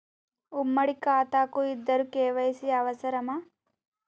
ఉమ్మడి ఖాతా కు ఇద్దరు కే.వై.సీ అవసరమా?